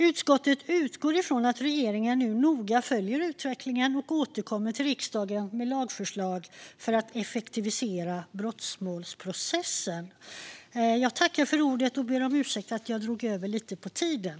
Utskottet utgår från att regeringen noga följer utvecklingen och återkommer till riksdagen med lagförslag för att effektivisera brottmålsprocessen.